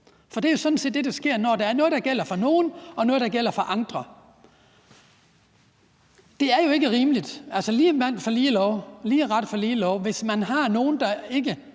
dyreværnslov. Det er det, der sker, når der er noget, der gælder for nogen, og noget andet, der gælder for andre. Det er jo ikke rimeligt, for vi er alle lige for loven. Hvis vi har nogen, der ikke